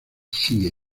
sigue